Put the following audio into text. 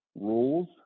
rules